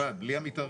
לבד, בלי המתארי.